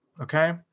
Okay